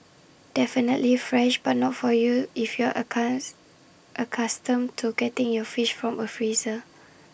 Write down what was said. definitely fresh but not for you if you're accounts accustomed to getting your fish from A freezer